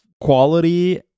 quality